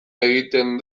egiten